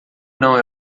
não